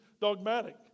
dogmatic